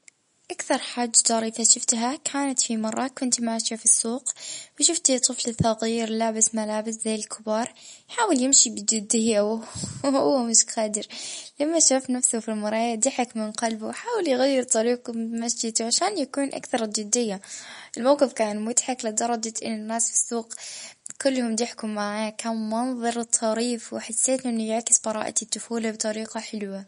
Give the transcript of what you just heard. اه مرة شفت فيديو لجطوسة تحاول أنها تنقص اه فوق كرسي لكنها تغلط في الحسابات وتطيح بطريقة تضحك هلبا ضحكت من كل جلب.